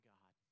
God